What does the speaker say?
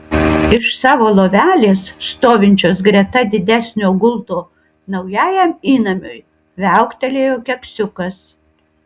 iš savo lovelės stovinčios greta didesnio gulto naujajam įnamiui viauktelėjo keksiukas